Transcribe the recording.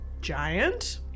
giant